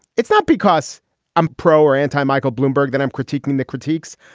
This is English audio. it's not because i'm pro or anti michael bloomberg that i'm critiquing the critiques.